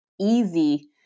easy